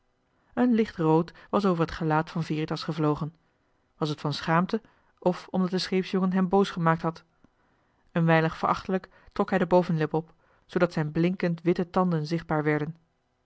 een licht rood was over t gelaat van veritas gevlogen was het van schaamte of omdat de scheepsjongen hem boos gemaakt had een weinig verachtelijk trok hij de bovenlip op zoodat zijn blinkend witte tanden zichtbaar werden